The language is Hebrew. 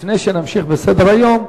לפני שנמשיך בסדר-היום,